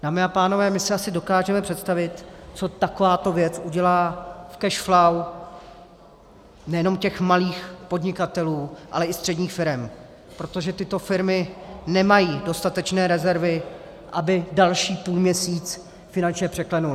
Dámy a pánové, my si asi dokážeme představit, co takovéto věc udělá v cash flow nejenom těch malých podnikatelů, ale i středních firem, protože tyto firmy nemají dostatečné rezervy, aby další půlměsíc finančně překlenuly.